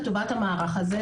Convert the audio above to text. לטובת המערך הזה.